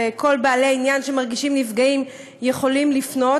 וכל בעלי העניין שמרגישים נפגעים יכולים לפנות,